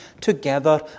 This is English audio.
together